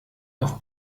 auf